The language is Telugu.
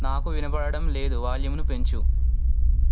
నాకు వినబడడం లేదు వాల్యూంను పెంచు